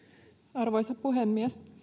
arvoisa puhemies